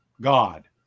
god